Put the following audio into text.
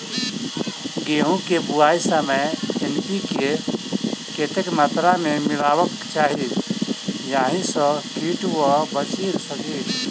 गेंहूँ केँ बुआई समय एन.पी.के कतेक मात्रा मे मिलायबाक चाहि जाहि सँ कीट सँ बचि सकी?